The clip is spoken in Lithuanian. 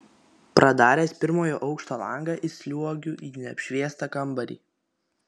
pradaręs pirmojo aukšto langą įsliuogiu į neapšviestą kambarį